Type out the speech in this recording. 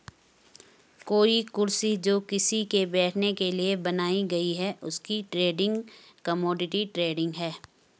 कोई कुर्सी जो किसी के बैठने के लिए बनाई गयी है उसकी ट्रेडिंग कमोडिटी ट्रेडिंग है